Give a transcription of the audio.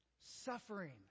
suffering